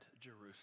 Jerusalem